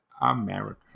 America